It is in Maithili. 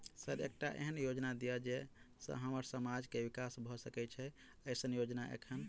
सर एकटा एहन योजना दिय जै सऽ हम्मर समाज मे विकास भऽ सकै छैय एईसन योजना एखन?